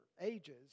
ages